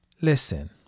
Listen